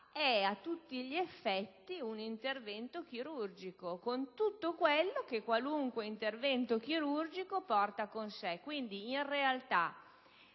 è a tutti gli effetti un intervento chirurgico, con tutto quello che qualunque intervento chirurgico porta con sé. Quindi, potremmo